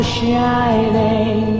shining